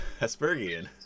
Aspergian